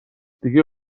دیگه